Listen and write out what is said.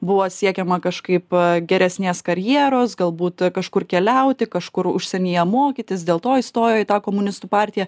buvo siekiama kažkaip geresnės karjeros galbūt kažkur keliauti kažkur užsienyje mokytis dėl to įstojo į tą komunistų partiją